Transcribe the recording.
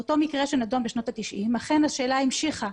באותו מקרה שנדון בשנות ה-90 אכן השאלה המשיכה,